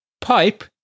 pipe